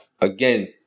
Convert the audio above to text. Again